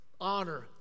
honor